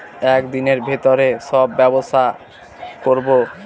এক দিনের ভিতরে সব ব্যবসা করবো